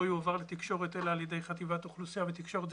לא יועבר לתקשורת אלא על ידי חטיבת אוכלוסייה ותקשורת,